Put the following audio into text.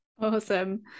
Awesome